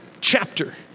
chapter